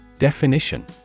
Definition